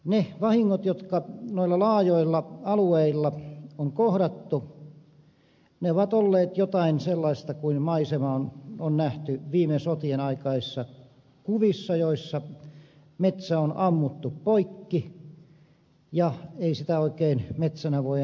ne vahingot jotka noilla laajoilla alueilla on kohdattu ovat olleet jotain sellaista kuin maisema on nähty viime sotien aikaisissa kuvissa joissa metsä on ammuttu poikki ja ei sitä oikein metsänä voi enää pitää